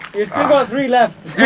you still got three left!